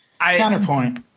Counterpoint